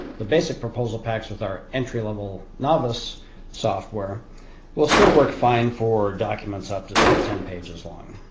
the basic proposal packs with our entry-level novice software will still work fine for documents up to say ten pages long.